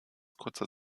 kurzer